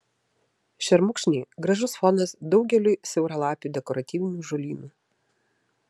šermukšniai gražus fonas daugeliui siauralapių dekoratyvinių žolynų